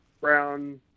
brown